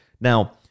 Now